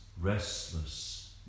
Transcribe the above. restless